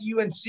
UNC